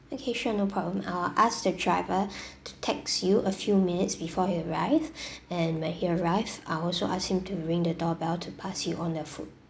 okay sure no problem I'll ask the driver to text you a few minutes before he arrive and when he arrives I'll also ask him to ring the doorbell to pass you all your food